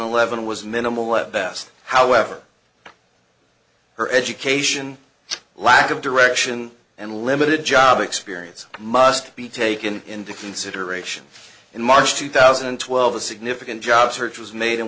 eleven was minimal level best however her education lack of direction and limited job experience must be taken into consideration in march two thousand and twelve a significant job search was made